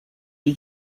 die